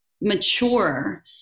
mature